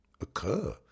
occur